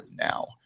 now